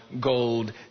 gold